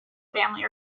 family